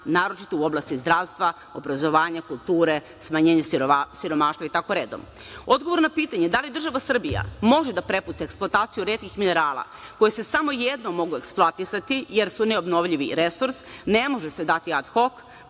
naročito u oblasti zdravstva, obrazovanja, kulture, smanjenju siromaštva, i tako redom. Odgovor na pitanje da li država Srbija može da prepusti eksploataciju retkih minerala koji se samo jednom mogu eksploatisati jer su neobnovljivi resurs ne može se dat ad hok